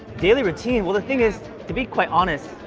daily routine. well, the thing is, to be quite honest,